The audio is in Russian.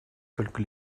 только